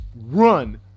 run